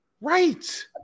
Right